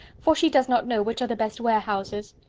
for she does not know which are the best warehouses.